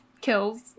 kills